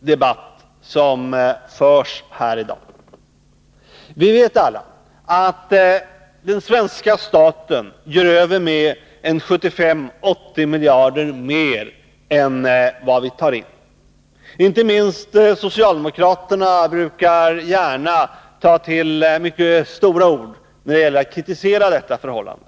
debatt som förs här i dag. Vi vet alla att den svenska staten gör av med 75-80 miljarder kronor mer än vad den tar in. Inte minst socialdemokraterna brukar gärna ta till stora ord när det gäller att kritisera detta förhållande.